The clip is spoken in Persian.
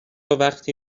وقی